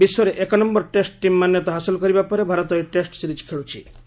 ବିଶ୍ୱରେ ଏକନମ୍ଭର test team ମାନ୍ୟତା ହାସଲ କରିବା ପରେ ଭାରତ ଏହି ଟେଷ୍ଟ ସିରିଜ ଖେଳ୍ଚ୍ଚିଛି